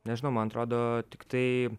nežinau man atrodo tiktai